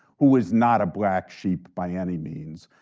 who is not a black sheep by any means.